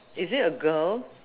is it a girl